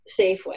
Safeway